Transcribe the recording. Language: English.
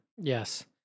Yes